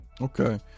Okay